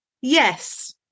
Yes